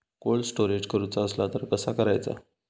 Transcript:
Cold storage करूचा असला तर कसा करायचा?